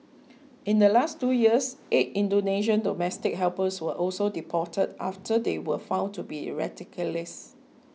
in the last two years eight Indonesian domestic helpers were also deported after they were found to be radicalised